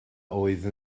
oedd